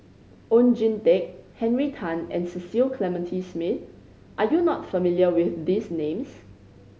Oon Jin Teik Henry Tan and Cecil Clementi Smith are you not familiar with these names